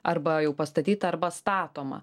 arba jau pastatyta arba statoma